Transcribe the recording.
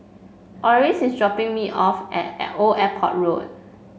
Orris is dropping me off at Old Airport Road